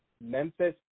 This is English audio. Memphis –